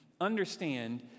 understand